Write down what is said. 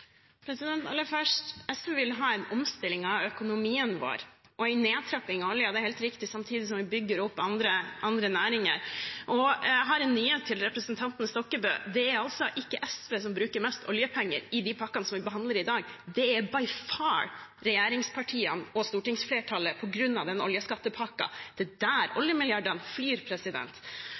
Aller først: SV vil ha en omstilling av økonomien vår og en nedstengning av oljen, det er helt riktig, samtidig som vi bygger opp andre næringer. Jeg har en nyhet til representanten Stokkebø, og det er at det ikke er SV som bruker mest oljepenger i de pakkene vi behandler i dag. Det er det helt klart regjeringspartiene og stortingsflertallet som gjør, på grunn av den oljeskattepakken. Det er der oljemilliardene flyr.